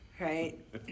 right